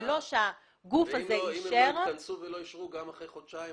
ללא שהגוף הזה אישר --- אם הם לא התכנסו ולא אישרו גם אחרי חודשיים,